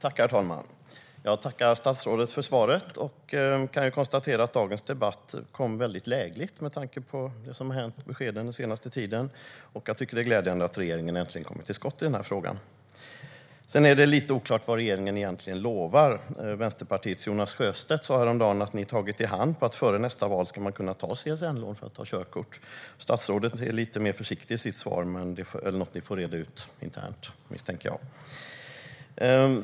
Herr talman! Jag tackar statsrådet för svaret. Jag kan konstatera att dagens debatt kom väldigt lägligt med tanke på det som har hänt och beskeden den senaste tiden. Det är glädjande att regeringen äntligen har kommit till skott i denna fråga. Men det är lite oklart vad regeringen egentligen lovar, Helene Hellmark Knutsson. Vänsterpartiets Jonas Sjöstedt sa häromdagen att ni har tagit i hand på att man före nästa val ska kunna ta CSN-lån för att ta körkort. Statsrådet är lite mer försiktig i sitt svar, men det är något ni får reda ut internt, misstänker jag.